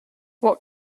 what